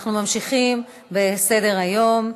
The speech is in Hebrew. אנחנו ממשיכים בסדר-היום.